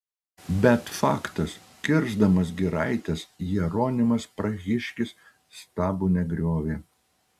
bet faktas kirsdamas giraites jeronimas prahiškis stabų negriovė